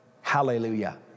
Hallelujah